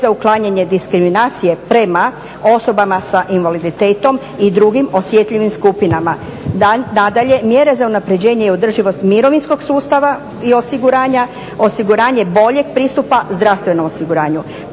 za uklanjanje diskriminacije prema osobama sa invaliditetom i drugim osjetljivim skupinama. Nadalje, mjere za unapređenje i održivost mirovinskog sustava i osiguranje boljeg pristupa zdravstvenom osiguranju.